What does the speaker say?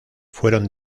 fueron